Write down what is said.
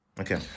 okay